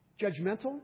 Judgmental